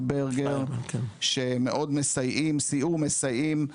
פייברגר, שמאוד מסייעים, סייעו ומסייעים,